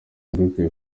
mbikuye